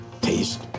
taste